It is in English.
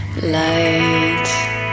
light